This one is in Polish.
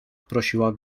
prosiła